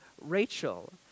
Rachel